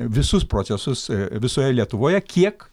visus procesus visoje lietuvoje kiek